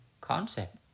concept